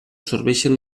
absorbeixen